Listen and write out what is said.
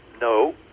no